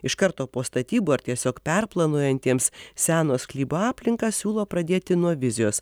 iš karto po statybų ar tiesiog perplanuojantiems seno sklypo aplinką siūlo pradėti nuo vizijos